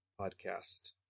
podcast